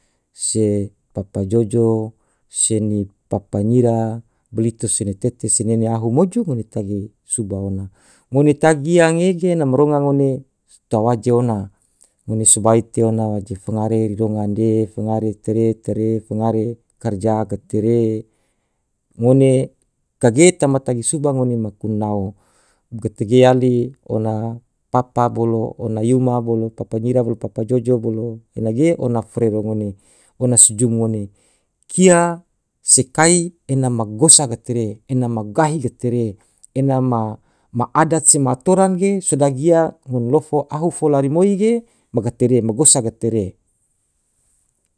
se papa jojo se ni papa nyira blito se ne tete se nene ahu moju ngone tagi suba ona ngone tagi iya ngege ena ma ronga ngone tawaje ngone sabai te ona waje fangare ri ronga nde. fangare tare tare fangare karja gate re ngone kage tama tagi suba ngone maku nao gate ge yali ona papa bolo. ona yuma bolo papa nyira bolo papa jojo bolo. ena ge ona forero ngone. ona sejum ngone kia se kai ena ma gosa gate re enam gahi gate re ena ma adat se atoran ge sodagi iya ngon lofo ahu fola rimoi ge ma gateere magosa gate re.